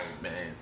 man